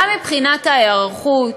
גם מבחינת ההיערכות.